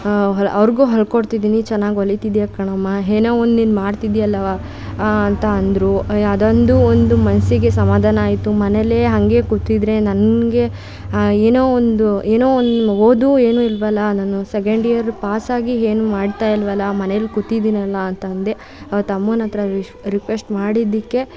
ಅವರಿಗೂ ಹೊಲ್ಕೊಡ್ತಿದ್ದೀನಿ ಚೆನ್ನಾಗಿ ಹೊಲಿತಿದ್ದೀಯಾ ಕಣಮ್ಮಾ ಏನೋ ಒಂದು ನೀನು ಮಾಡ್ತಿದೀಯಲ್ಲವ್ವಾ ಅಂತ ಅಂದರು ಅದೊಂದು ಒಂದು ಮನಸ್ಸಿಗೆ ಸಮಾಧಾನ ಆಯಿತು ಮನೇಲೇ ಹಾಗೇ ಕೂತಿದ್ದರೆ ನನಗೆ ಏನೋ ಒಂದು ಏನೋ ಒಂದು ಓದೂ ಏನೂ ಇಲ್ಲವಲ್ಲಾ ನಾನು ಸೆಕೆಂಡ್ ಇಯರ್ ಪಾಸಾಗಿ ಏನೂ ಮಾಡ್ತಾ ಇಲ್ಲವಲ್ಲಾ ಮನೇಲಿ ಕೂತಿದ್ದೀನಲ್ಲಾ ಅಂತ ಅಂದೆ ಆವತ್ತು ಅಮ್ಮನ ಹತ್ರ ರಿಕ್ವೆಸ್ಟ್ ಮಾಡಿದ್ದಕ್ಕೆ